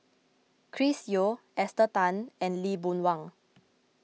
Chris Yeo Esther Tan and Lee Boon Wang